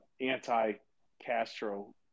anti-castro